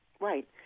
Right